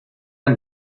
han